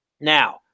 Now